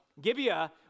Gibeah